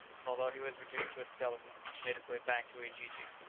and although he was reduced to a skeleton, made his way back to ujiji.